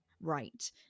right